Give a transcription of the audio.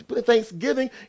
thanksgiving